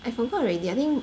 I forgot already I think